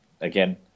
again